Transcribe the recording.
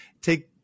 Take